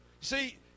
see